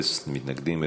אין מתנגדים,